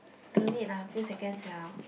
don't need lah few second sia